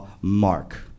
Mark